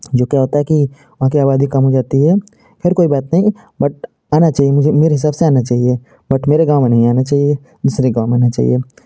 जो क्या होता है कि वहाँ की आबादी कम हो जाती है ख़ैर कोई बात नहीं बट आना चाहिए मुझे मेरे हिसाब से आना चाहिए बट मेरे गाँव में नहीं आना चाहिए दूसरे गाँव में आना चाहिए